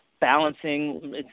balancing